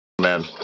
man